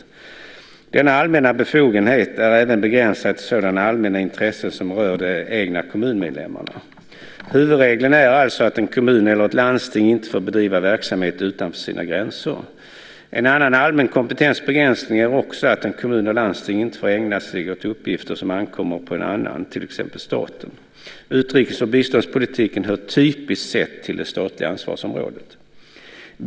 Denna allmänna befogenhet är även begränsad till sådana allmänna intressen som rör de egna kommunmedlemmarna. Huvudregeln är alltså att en kommun eller ett landsting inte får bedriva verksamhet utanför sina gränser. En annan allmän kompetensbegränsning är också att en kommun eller ett landsting inte får ägna sig åt uppgifter som ankommer på annan, till exempel på staten. Utrikes och biståndspolitiken hör typiskt sett till det statliga ansvarsområdet.